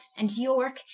and yorke,